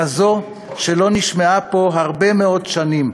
כזו שלא נשמעה פה הרבה מאוד שנים,